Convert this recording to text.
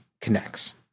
connects